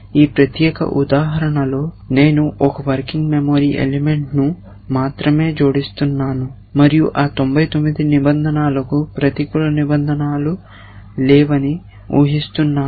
ఈ ప్రత్యేక ఉదాహరణలో నేను 1 వర్కింగ్ మెమరీ ఎలిమెంట్ ను మాత్రమే జోడిస్తున్నాను మరియు ఆ 99 నిబంధనలకు ప్రతికూల నిబంధనలు లేవని ఊహిస్తున్నాను